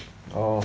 orh